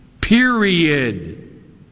Period